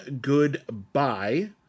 Goodbye